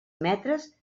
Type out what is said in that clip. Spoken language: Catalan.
metres